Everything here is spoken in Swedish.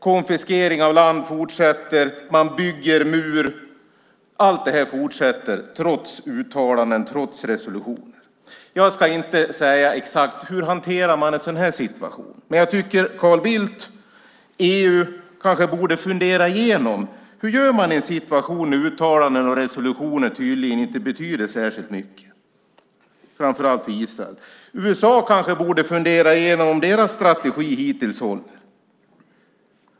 Konfiskering av land fortsätter. Man bygger en mur. Allt det här fortsätter, trots uttalanden och trots resolutioner. Jag ska inte säga exakt hur man hanterar en sådan här situation. Men jag tycker att Carl Bildt och EU kanske borde fundera igenom hur man gör i en situation när uttalanden och resolutioner tydligen inte betyder särskilt mycket, framför allt i Israel. USA kanske borde fundera på om deras strategi hittills håller.